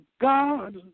God